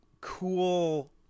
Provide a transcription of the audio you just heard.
cool